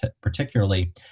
particularly